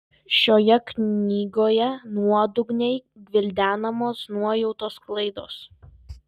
šioje knygoje nuodugniai gvildenamos nuojautos klaidos